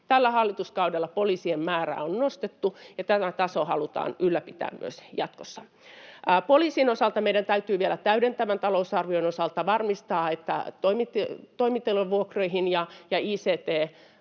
Tällä hallituskaudella poliisien määrää on nostettu, ja tämä taso halutaan ylläpitää myös jatkossa. Poliisin osalta meidän täytyy vielä täydentävällä talousarviolla varmistaa, että saamme riittävät resurssit